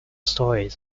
stories